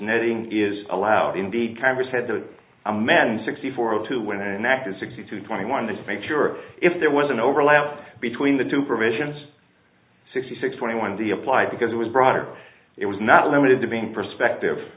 netting is allowed indeed congress had to amend sixty four o two when enacted sixty two twenty one to make sure if there was an overlap between the two provisions sixty six twenty one the applied because it was broader it was not limited to being perspective